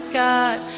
god